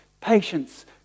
patience